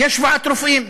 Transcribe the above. יש שבועת רופאים.